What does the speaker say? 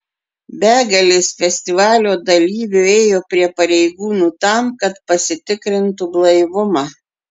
begalės festivalio dalyvių ėjo prie pareigūnų tam kad pasitikrintu blaivumą